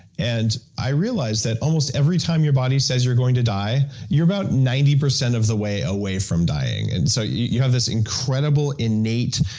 and i realized that almost every time your body says you're going to die you're about ninety percent of the way away from dying and so you have this incredible, innate,